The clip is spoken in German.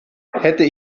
hätte